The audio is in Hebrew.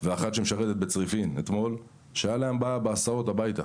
ואחת שמשרתת בצריפין שהייתה להן בעיה בהסעות הביתה.